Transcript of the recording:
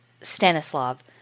Stanislav